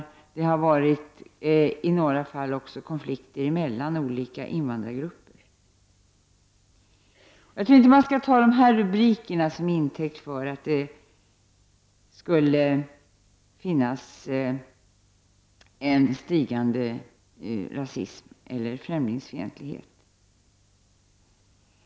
I några fall har det också rört sig om konflikter mellan olika invandrargrupper. Jag tror inte att man skall ta dessa rubriker till intäkt för att det skulle finnas en stigande rasism eller främlingsfientlighet.